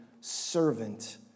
servant